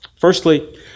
Firstly